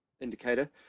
indicator